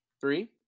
three